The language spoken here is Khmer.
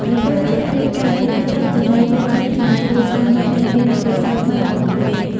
នៅពេលមិត្តភក្តិរៀបការ ពួកគេត្រូវចំណាយពេលច្រើនជាមួយគូស្វាមីភរិយា និងគ្រួសារថ្មីរបស់ពួកគេ។